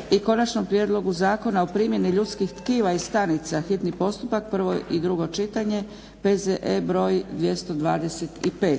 - Konačni prijedlog Zakona o primjeni ljudskih tkiva i stanica, hitni postupak, prvo i drugo čitanje, P.Z.E. br. 225.